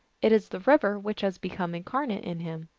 it is the river which has become incarnate in him.